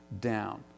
down